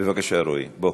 בבקשה, רועי, בוא.